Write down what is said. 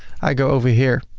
i go over here